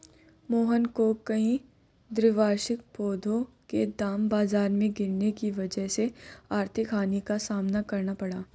मोहन को कई द्विवार्षिक पौधों के दाम बाजार में गिरने की वजह से आर्थिक हानि का सामना करना पड़ा